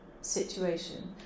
situation